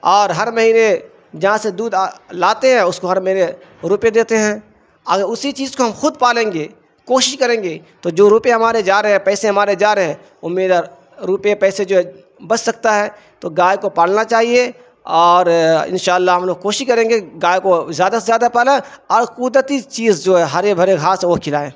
اور ہر مہینے جہاں سے دودھ لاتے ہیں اس کو ہر مہینے روپے دیتے ہیں اگر اسی چیز کو ہم خود پالیں گے کوشش کریں گے تو جو روپے ہمارے جا رہے ہیں پیسے ہمارے جا رہے ہیں وہ میرا روپے پیسے جو ہے بچ سکتا ہے تو گائے کو پالنا چاہیے اور ان شاء اللہ ہم لوگ کوشش کریں گے گائے کو زیادہ سے زیادہ پالیں اور قدتی چیز جو ہے ہرے بھرے گھاس وہ کھلائیں